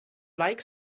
like